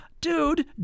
dude